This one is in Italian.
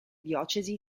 diocesi